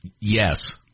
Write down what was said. Yes